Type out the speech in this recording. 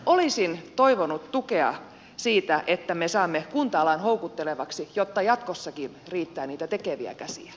olisin toivonut tukea siihen että me saamme kunta alan houkuttelevaksi jotta jatkossakin riittää niitä tekeviä käsiä